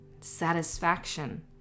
satisfaction